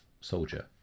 soldier